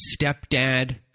stepdad